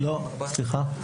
לא סליחה.